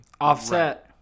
Offset